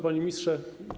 Panie Ministrze!